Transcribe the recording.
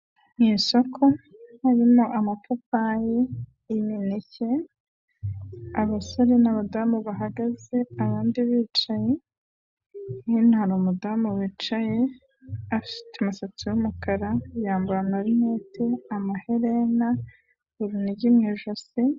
Ni isoko harimo amapapayi, imineke, abasore n'abadamu bahagaze abandi bicaye nyine hari umudamu wicaye afite umusatsi w'umukara yambaye amarinete, amaherena, urunigi mu ijosi.